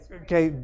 okay